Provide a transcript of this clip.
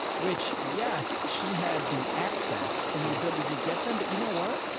which, yes, she had the access and the ability to get them, but you know what,